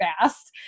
fast